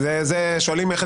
אדוני היושב-ראש,